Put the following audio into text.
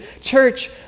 Church